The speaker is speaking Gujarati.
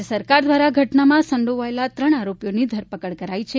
રાજ્ય સરકાર દ્વારા ઘટનામાં સંડોવાયેલા ત્રણ આરોપીની ધરપકડ કરાઇ છે